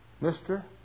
Mister